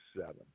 seven